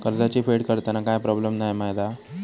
कर्जाची फेड करताना काय प्रोब्लेम नाय मा जा?